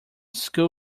school